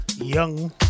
young